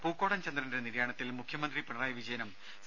പൂക്കോടൻ ചന്ദ്രന്റെ നിര്യാണത്തിൽ മുഖ്യമന്ത്രി പിണറായി വിജയനും സി